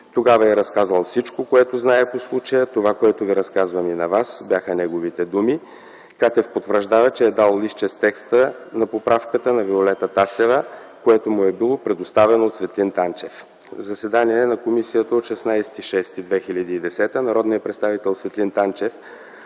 Тогава й е разказал всичко, което знае по случая – „това, което Ви разказвам и на вас”, бяха неговите думи. Катев потвърждава, че е дал листче с текста на поправката на Виолета Тасева, което му е било предоставено от Светлин Танчев. Заседание на комисията на 16 юни 2010 г. Народният представител Светлин Танчев